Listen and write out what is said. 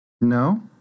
No